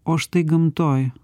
o štai gamtoj